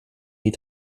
die